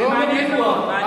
זה מעניין מאוד.